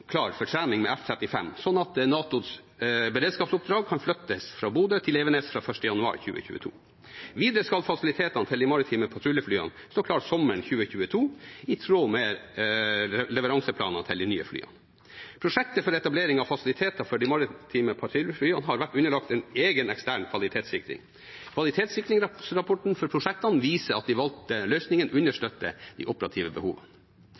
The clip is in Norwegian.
klar for trening med F-35, sånn at NATOs beredskapsoppdrag kan flyttes fra Bodø til Evenes fra 1. januar 2022. Videre skal fasilitetene til de maritime patruljeflyene stå klare sommeren 2022, i tråd med leveranseplanene for de nye flyene. Prosjektet for etablering av fasiliteter for de maritime patruljeflyene har vært underlagt en egen ekstern kvalitetssikring. Kvalitetssikringsrapporten for prosjektene viser at de valgte løsningene understøtter de operative behovene.